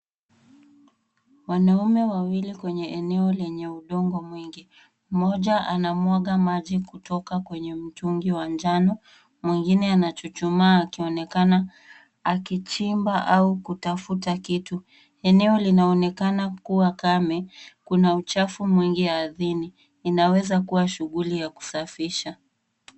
Wanaume wawili kwenye eneo lenye udongo mwingi. Mmoja anamwaga maji kutoka kwenye mtungi wa njano, mwingine anachuchumaa akionekana akichimba au kutafuta kitu. Eneo linaonekana kuwa kame. Kuna uchafu mwingi ardhini. Inaweza kuwa shughuli ya kusafisha.